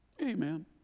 Amen